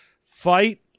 fight